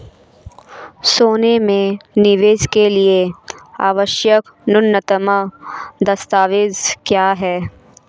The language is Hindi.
सोने में निवेश के लिए आवश्यक न्यूनतम दस्तावेज़ क्या हैं?